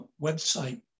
website